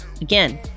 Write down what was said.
Again